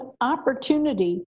opportunity